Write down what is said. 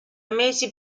mesi